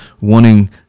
wanting